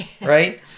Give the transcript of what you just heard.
Right